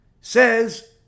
says